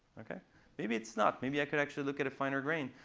maybe it's not. maybe i could actually look at a finer grain,